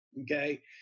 okay